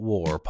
War